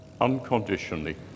unconditionally